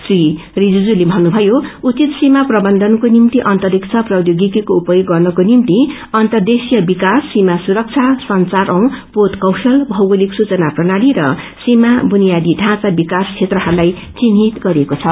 श्री रिणिजूले भननुभयो उचित सीमा प्रवन्धनको निम्ति अंतरिक्ष प्रौदयोगिकीको उपयोग गर्नको निम्ति अंतर्देशीय विकास सीमा सुरक्षा संचार औ पोत कौशल भौगालिक सूचना प्रणाली र सीमा बुनियादी ढांचा विकास क्षेत्रहरूलाई चिन्हित गरिएको छ